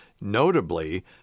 Notably